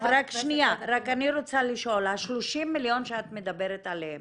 אני רוצה לשאול ה-30 מיליון שאת מדברת עליהם,